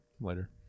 later